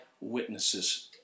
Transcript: witnesses